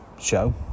show